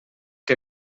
que